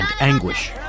anguish